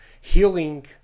healing